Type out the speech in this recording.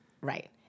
right